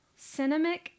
Cinnamic